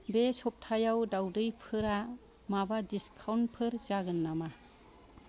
बे सप्तायाव दावदैफोरा माबा डिसकाउन्ट फोर जागोन नामा